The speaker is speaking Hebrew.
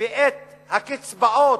ואת הקצבאות,